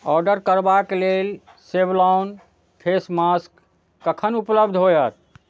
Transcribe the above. order करबाक लेल Savlon face mask कखन उपलब्ध होयत